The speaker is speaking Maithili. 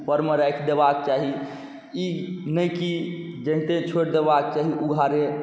उपरमे राखि देबाके चाही ई नहि कि जहिं तहिं छोड़ि देबाके चाही उघारे